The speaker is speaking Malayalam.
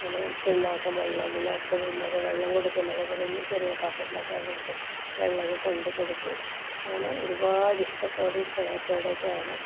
അതിനെ പിണ്ണാക്കും വെള്ളവും പിന്നെ അച്ഛനും അമ്മയുമൊക്കെ വെള്ളം കൊടുക്കുന്നൊക്കെ പറയുമ്പോൾ ചെറിയ ബക്കറ്റിലക്കെ ആക്കീട്ട് വെള്ളമൊക്കെ കൊണ്ട് കൊടുക്കും അങ്ങനെ ഒരുപാട് ഇഷ്ടത്തോടേം സ്നേഹത്തോടെ ഒക്കെ ആണ്